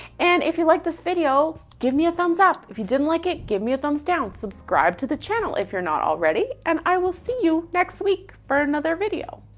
and if you liked this video, give me a thumbs up. if you didn't like it, give me a thumbs down. subscribe to the channel if you're not already, and i will see you next week for another video.